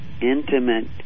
intimate